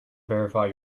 verify